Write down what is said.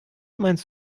meinst